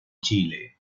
chile